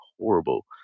horrible